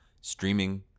streaming